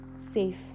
safe